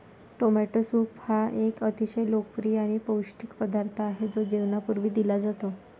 tomato soup हा एक अतिशय लोकप्रिय आणि पौष्टिक पदार्थ आहे जो जेवणापूर्वी दिला जातो